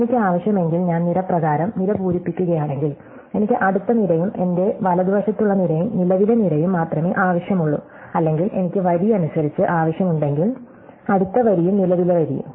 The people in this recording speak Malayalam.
എനിക്ക് ആവശ്യമെങ്കിൽ ഞാൻ നിര പ്രകാരം നിര പൂരിപ്പിക്കുകയാണെങ്കിൽ എനിക്ക് അടുത്ത നിരയും എന്റെ വലതുവശത്തുള്ള നിരയും നിലവിലെ നിരയും മാത്രമേ ആവശ്യമുള്ളൂ അല്ലെങ്കിൽ എനിക്ക് വരി അനുസരിച്ച് ആവശ്യമുണ്ടെങ്കിൽ അടുത്ത വരിയും നിലവിലെ വരിയും